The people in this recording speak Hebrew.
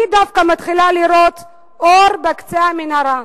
אני דווקא מתחילה לראות אור בקצה המנהרה.